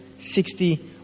sixty